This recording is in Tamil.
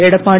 எடப்பாடி